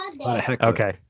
Okay